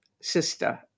sister